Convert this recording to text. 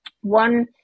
one